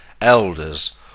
elders